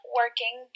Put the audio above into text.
working